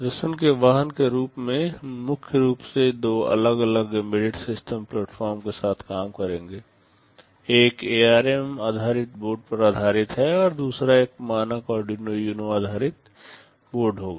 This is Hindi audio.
प्रदर्शन के वाहन के रूप में हम मुख्य रूप से दो अलग अलग एम्बेडेड सिस्टम प्लेटफॉर्म के साथ काम करेंगे एक एआरएम आधारित बोर्ड पर आधारित है और दूसरा एक मानक आरडूइनो यूनो आधारित बोर्ड होगा